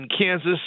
Kansas